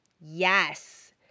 Yes